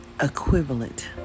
equivalent